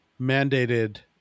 mandated